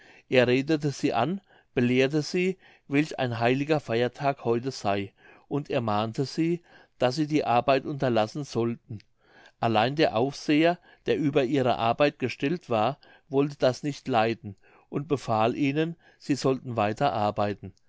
er redete sie an belehrte sie welch ein heiliger feiertag heute sey und ermahnte sie daß sie die arbeit unterlassen sollten allein der aufseher der über ihre arbeit gestellt war wollte das nicht leiden und befahl ihnen sie sollten weiter arbeiten